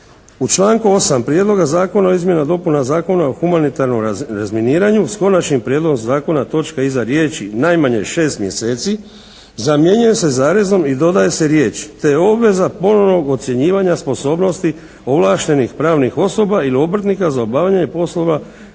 U članku 8. Prijedloga zakona o izmjenama i dopunama Zakona o humanitarnom razminiranju, S konačnim prijedlogom zakona, točka iza riječi: "najmanje šest mjeseci" zamjenjuje se zarezom i dodaju se riječi: "te obveza ponovnog ocjenjivanja sposobnosti ovlaštenih pravnih osoba ili obrtnika za obavljanje poslova